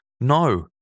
no